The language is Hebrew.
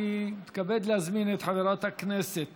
אני מתכבד להזמין את חברת הכנסת